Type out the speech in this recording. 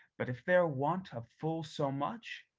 but if there want of full so much,